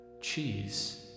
Cheese